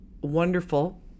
wonderful